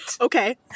okay